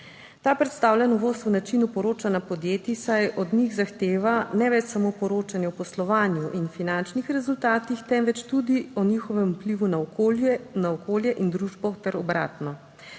Ta predstavlja novost v načinu poročanja podjetij, saj od njih zahteva ne več samo poročanje o poslovanju in finančnih rezultatih, temveč tudi o njihovem vplivu na okolje in družbo ter obratno.